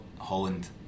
Holland